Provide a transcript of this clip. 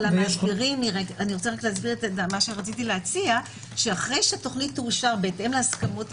רציתי להציע שאחרי שהתוכנית תאושר בהתאם להסכמות,